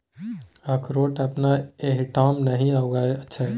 अकरोठ अपना एहिठाम नहि उगय छै